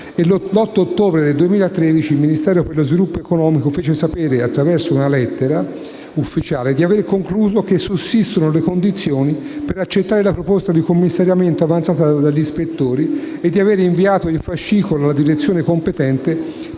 L'8 ottobre 2013 il Ministero dello sviluppo economico fece sapere, attraverso una lettera ufficiale, di aver concluso che sussistevano le condizioni per accettare la proposta di commissariamento avanzata dagli ispettori e di aver inviato il fascicolo alla direzione competente